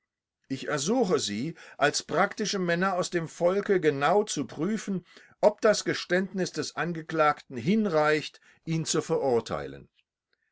ich ersuche sie als praktische männer aus dem volke genau zu prüfen ob das geständnis des angeklagten hinreicht ihn zu verurteilen